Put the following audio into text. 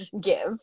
give